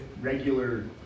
regular